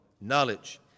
knowledge